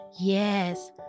Yes